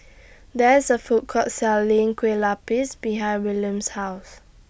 There IS A Food Court Selling Kueh Lupis behind Wiliam's House